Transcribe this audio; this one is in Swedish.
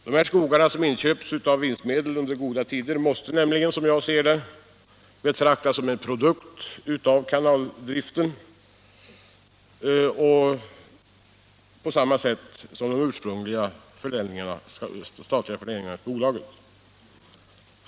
De skogarna, som inköpts under goda tider, måste nämligen, som jag ser det, betraktas som en produkt av kanaldriften och de ursprungliga statliga förläningarna till bolaget.